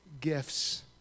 gifts